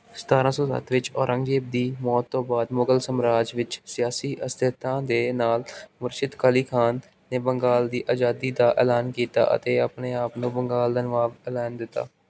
ਸਤਾਰ੍ਹਾਂ ਸੌ ਸੱਤ ਵਿੱਚ ਔਰੰਗਜ਼ੇਬ ਦੀ ਮੌਤ ਤੋਂ ਬਾਅਦ ਮੁਗਲ ਸਾਮਰਾਜ ਵਿੱਚ ਸਿਆਸੀ ਅਸਥਿਰਤਾ ਦੇ ਨਾਲ ਮੁਰਸ਼ਿਦ ਕਲੀ ਖਾਨ ਨੇ ਬੰਗਾਲ ਦੀ ਆਜ਼ਾਦੀ ਦਾ ਐਲਾਨ ਕੀਤਾ ਅਤੇ ਆਪਣੇ ਆਪ ਨੂੰ ਬੰਗਾਲ ਦਾ ਨਵਾਬ ਐਲਾਨ ਦਿੱਤਾ